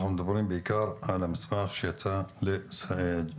אנחנו מדברים בעיקר על המסמך שיצא לסאג'ור.